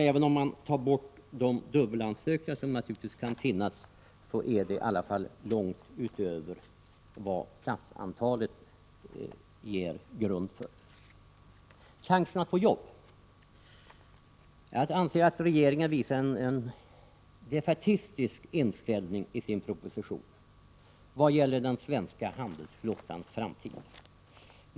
Även om man räknar med dubbelansökningar är det i alla fall långt utöver vad platsantalet ger grund för. Beträffande chansen att få jobb: Jag anser att regeringen visar en defaitistisk inställning i sin proposition vad gäller den svenska handelsflottans framtid.